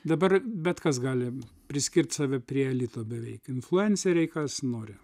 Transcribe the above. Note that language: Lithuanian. dabar bet kas gali priskirt save prie elito beveik influenceriai kas nori